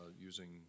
using